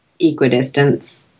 equidistance